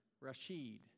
Rashid